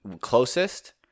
Closest